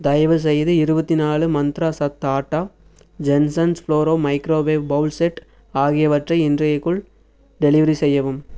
தயவுசெய்து இருபத்திநாலு மந்த்ரா சத்து atta Jensons Flora microwave bowl set ஆகியவற்றை இன்றைக்குள் டெலிவெரி செய்யவும்